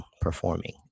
performing